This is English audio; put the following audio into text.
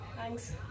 Thanks